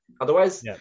Otherwise